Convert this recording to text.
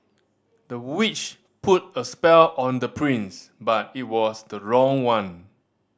the witch put a spell on the prince but it was the wrong one